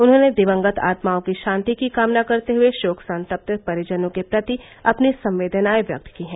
उन्होंने दिवंगत आत्माओं की शांति की कामना करते हुए शोक संतप्त परिजनों के प्रति अपनी संवेदनाएं व्यक्त की हैं